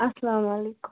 اسلامُ علیکم